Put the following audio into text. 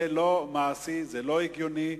זה לא מעשי, זה לא הגיוני.